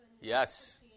Yes